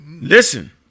listen